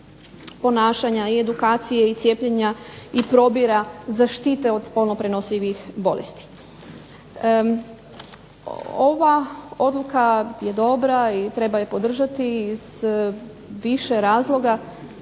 ponašanja i edukacije i cijepljenja i probira zaštite od spolno prenosivih bolesti. Ova odluka je dobra i treba je podržati iz više razloga,